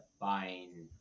buying